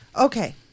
Okay